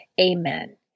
Amen